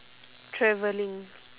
travelling